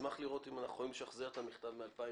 אשמח לראות אם אנחנו יכולים לשחזר את המכתב מ-2005.